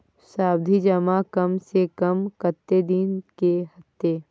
सावधि जमा कम से कम कत्ते दिन के हते?